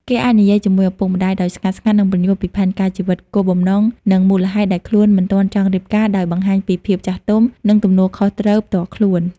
គេអាចនិយាយជាមួយឪពុកម្តាយដោយស្ងាត់ៗ និងពន្យល់ពីផែនការជីវិត គោលបំណង និងមូលហេតុដែលខ្លួនមិនទាន់ចង់រៀបការ ដោយបង្ហាញពីភាពចាស់ទុំ និងទំនួលខុសត្រូវផ្ទាល់ខ្លួន ។